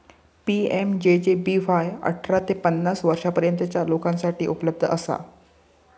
PMJJBY अठरा ते पन्नास वर्षांपर्यंतच्या लोकांसाठी उपलब्ध असा